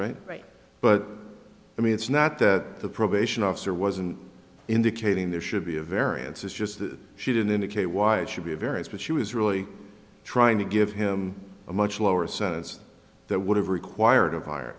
right but i mean it's not that the probation officer wasn't indicating there should be a variance it's just that she didn't indicate why it should be a variance but she was really trying to give him a much lower sentence that would have required a higher